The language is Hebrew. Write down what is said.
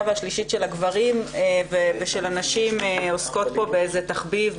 והשלישית של הגברים ושל הנשים עוסקות פה באיזה תחביב,